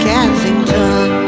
Kensington